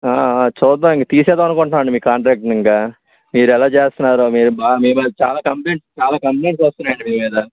చూద్దాం ఇంక తీసేద్దామనుకుంటున్నామండీ మీ కాంట్రాక్ట్ ని ఇంక మీరు ఎలా చేస్తున్నారో మీరు మీ మీద చాలా కంప్లైంట్స్ చాలా కంప్లైంట్స్ వస్తున్నాయి అండీ మీ మీద